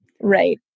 Right